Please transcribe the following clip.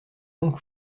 donc